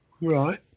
Right